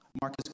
Marcus